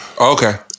okay